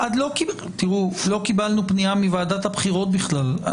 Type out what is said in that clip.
לא קיבלנו פנייה מוועדת הבחירות בכלל.